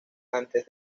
antes